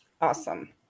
Awesome